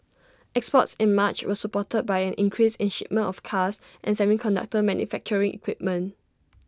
exports in March were supported by an increase in shipments of cars and semiconductor manufacturing equipment